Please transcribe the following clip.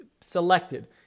selected